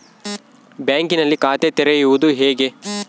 ಬ್ಯಾಂಕಿನಲ್ಲಿ ಖಾತೆ ತೆರೆಯುವುದು ಹೇಗೆ?